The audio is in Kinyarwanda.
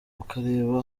ukareba